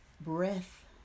breath